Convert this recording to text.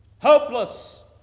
Hopeless